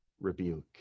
rebuke